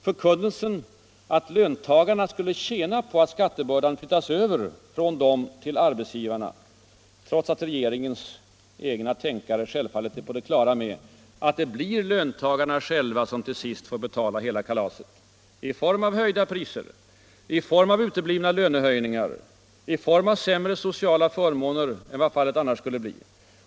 Förkunnelsen om att löntagarna skulle tjäna på att skattebördan flyttas över från dem till arbetsgivarna, trots att regeringens egna tänkare självfallet är på det klara med att det blir löntagarna själva som till sist får betala hela kalaset. I form av höjda priser. I form av uteblivna lönehöjningar. I form av sämre sociala förmåner än vad de annars skulle få.